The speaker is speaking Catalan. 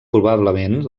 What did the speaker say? probablement